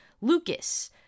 Lucas